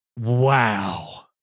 Wow